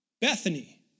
Bethany